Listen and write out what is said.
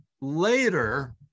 Later